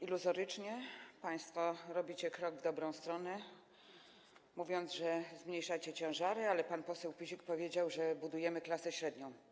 Iluzorycznie państwo robicie krok w dobrą stronę, mówiąc, że zmniejszacie ciężary, ale pan poseł Pyzik powiedział, że budujemy klasę średnią.